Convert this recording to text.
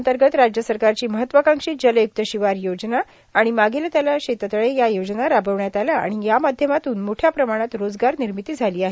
अंतर्गत राज्य सरकारची महत्वाकांक्षी जलयुक्त शिवार योजना आणि मागेल त्याला शेततळे या योजना राबविण्यात आल्या आणि यामाध्यमातून मोठ्या प्रमाणात रोजगार निर्मिती झाली आहे